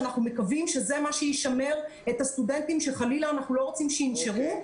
ואנחנו מקווים שזה מה שישמר את הסטודנטים שחלילה אנחנו לא רוצים שינשרו.